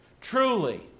truly